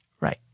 Right